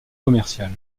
commercial